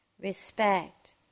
respect